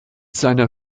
seiner